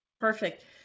perfect